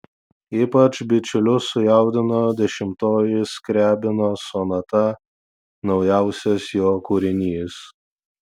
ypač bičiulius sujaudino dešimtoji skriabino sonata naujausias jo kūrinys